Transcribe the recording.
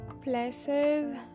places